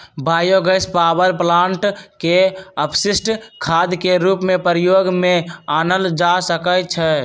bio gas power plant के अपशिष्ट खाद के रूप में प्रयोग में आनल जा सकै छइ